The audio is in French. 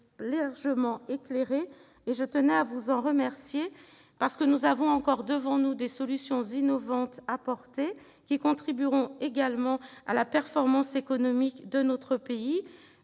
partir de 2018. Je tenais à vous en remercier, car nous avons encore devant nous des solutions innovantes à soutenir, qui contribueront également à la performance économique de notre pays.